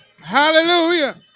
Hallelujah